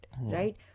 right